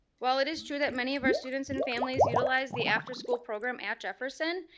while it is true that many of our students and families utilize the after school program at jefferson,